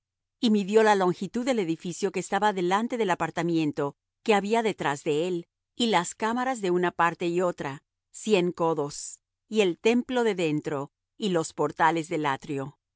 y midió la longitud del edificio que estaba delante del apartamiento que había detrás de él y las cámaras de una parte y otra cien codos y el templo de dentro y los portales del atrio